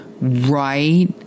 Right